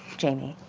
jamie.